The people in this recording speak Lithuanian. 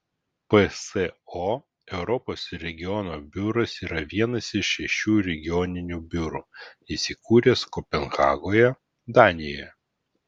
pso europos regiono biuras yra vienas iš šešių regioninių biurų įsikūręs kopenhagoje danijoje